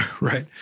right